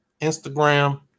Instagram